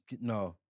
No